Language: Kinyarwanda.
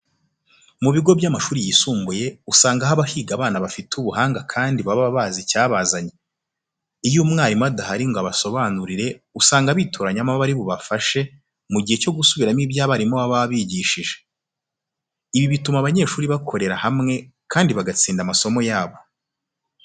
Mu bigo by'amashuri yisumbuye usanga haba higa abana bifite ubuhanga kandi baba bazi icyabazanye. Iyo umwarimu adahari ngo abasobanurire usanga bitoranyamo abari bubafashe mu gihe cyo gusubiramo ibyo abarimu baba babigishije. Ibi bituma abanyeshuri bakorera hamwe kandi bagatsinda amasomo yabo.